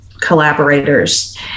collaborators